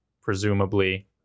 presumably